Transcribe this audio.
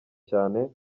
cyane